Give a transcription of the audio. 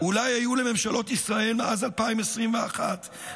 אולי היו למשלות ישראל מאז 2021 דברים